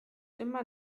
immer